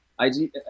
IG